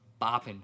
bopping